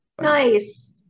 nice